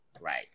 right